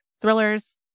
Thrillers